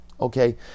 Okay